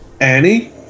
Annie